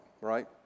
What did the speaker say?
right